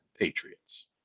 Patriots